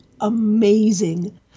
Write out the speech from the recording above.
amazing